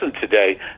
today